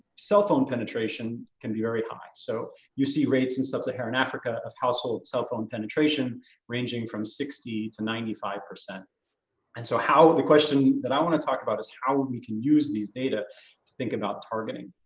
cell phone penetration can be very high. so you see rates in sub saharan africa of household cell phone penetration ranging from sixty to ninety five. and so how, the question that i wanna talk about is how would we can use these data to think about targeting?